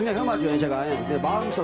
human yeah body. so